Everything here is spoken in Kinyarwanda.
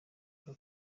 aka